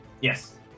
Yes